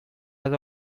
edo